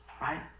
right